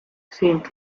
saint